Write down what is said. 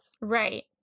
right